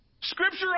Scripture